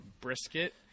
brisket